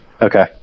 Okay